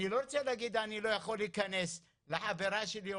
אני לא רוצה להגיד לחברה שלי,